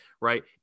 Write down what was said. right